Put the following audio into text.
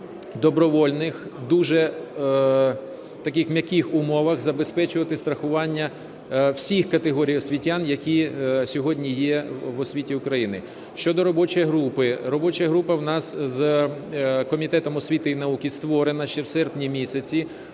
добровільних дуже таких м'яких умовах забезпечувати страхування всіх категорій освітян, які сьогодні є в освіті України. Щодо робочою групи. Робоча група в нас з Комітетом освіти і науки створена ще в серпні місяці